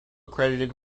credited